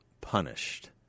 punished